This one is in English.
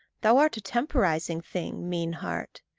thou art a temporizing thing, mean heart.